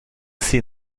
sie